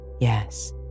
Yes